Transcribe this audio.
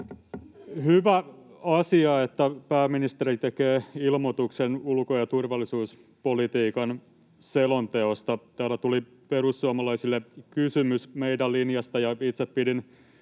hyvä asia, että pääministeri tekee ilmoituksen ulko- ja turvallisuuspolitiikan selonteosta. Täällä tuli perussuomalaisille kysymys meidän linjastamme. Itse pidin